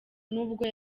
nubwo